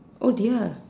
oh dear